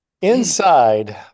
Inside